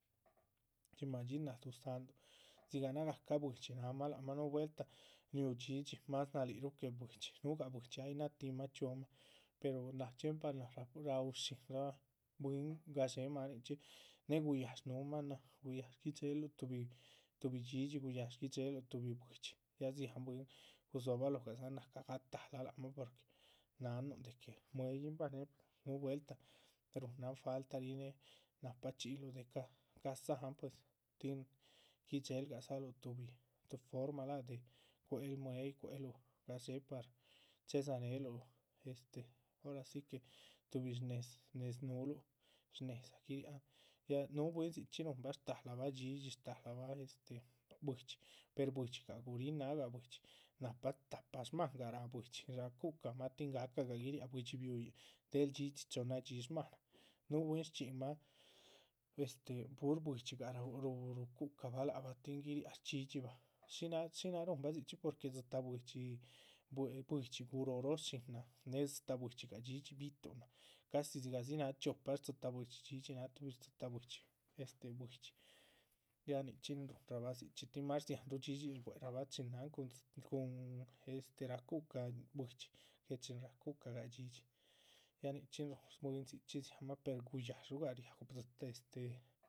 Madxí náha duzáhndu, dzigah náhgacah buidxi nahamah lac mah núhu vueltah riú dhxídhxi más naróhoruh que buidxi. núhugah buidxi ay náhatimah chxíomah. per náha chxíempa náha raúshinrah bwín gadxé máaninchxi néhe guyáhash núhumah, guyáhash guidxéheluh tuhbi dhxídhxi guyáhash guidxéheluh tuhbi buiudxi, ya dziáhan bwín, gudzóhobaloho gadza náha cagatála lac mah porque náhanuh de que mue´yihn bah porque núhu vueltah rúhunahn falta rí néhe nahpa chxíyiluh ca´ ca´dzáhan pues. tin guidxéladzaluh tuhbi tuh forma láha, de cuéhel mue´yih cuhéluh gadxé par chéhedzaneluh este, ora si que tuhbi shnéhes néz núhuluh shnéhedza guiriahan. ya eh núhu bwín dzichxí rúhunbah shtálahabahh dhxídhxi shtáhalabah este buidxi per buidxigah guríhin nagah buidxi nahpa tahpa shmáhangah ráha buidxi ráha cu´cahmah tin. gahcagah guiríaha buidxi bihuyin del dhxídhxi chohnnadxi shmáhan núhu bwín shchxíhinmah este pur buidxigah rúhu rucu´cahbah lac bah, tin guiriáha shdhxídhxibah. shínaha shínaha ruhunbah dzichxí porque dzitáh buidxi bue, buidxi guróro shínan, néhe dzitáh buidxi dhxídhxi bi´tuhn náhn casi dzigahdzi náha chiopa dxitáh buidxi. dhxídhxi náha tuhbi shdzitáh buidxi este buidxi ya nichxín rúhunrabah dzichxí tin más dziháhanru dhxídhxin shbuherabah chin náhan cun dzi, cun este racu´caha nin na. este buidxi que chin racu´cagah dhxídhxi ya nichxín rúhun bwín dzichxí dziahanmah per guyáhash ruhgah riá este.